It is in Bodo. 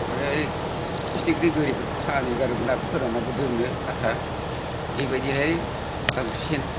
ओरैहाय फिथिख्रि गोरिफोरखौ फानहैगारोमोन आं फोराननानैबो दोनो आधा बेबायदिहाय आं सेन